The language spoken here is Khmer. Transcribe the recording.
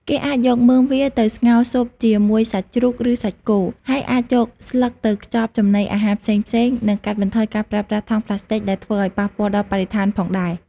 គេអាចយកមើមវាទៅស្ងោរស៊ុបជាមួយសាច់ជ្រូក ឬសាច់គោ ហើយអាចយកស្លឹកទៅខ្ចប់ចំណីអាហារផ្សេងៗ និងកាត់បន្ថយការប្រើប្រាស់ថង់ប្លាស្ទិកដែលធ្វើឲ្យប៉ះពាល់ដល់បរិស្ថានផងដែរ ។